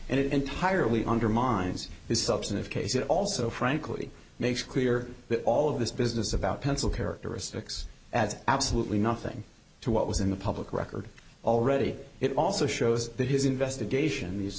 and it entirely undermines his substantive case it also frankly makes clear that all of this business about pencil characteristics as absolutely nothing to what was in the public record already it also shows that his investigation these